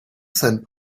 cent